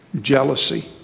jealousy